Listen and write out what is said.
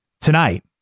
tonight